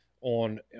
on